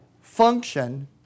function